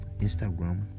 instagram